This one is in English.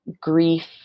grief